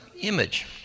image